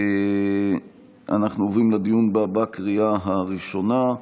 אנחנו עוברים לדיון בה בקריאה הראשונה.